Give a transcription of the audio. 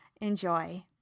Enjoy